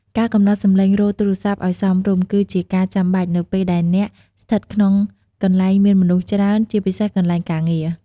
ការកំណត់សំឡេងរោទ៍ទូរស័ព្ទឲ្យសមរម្យ គឺជាការចាំបាច់ នៅពេលដែលអ្នកស្ថិតក្នុងកន្លែងមានមនុស្សច្រើន ជាពិសេសកន្លែងការងារ។